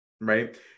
Right